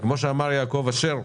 כמו שאמר יעקב אשר,